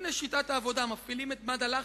הנה שיטת העבודה: מפעילים את מד הלחץ,